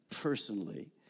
personally